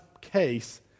case